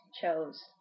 chose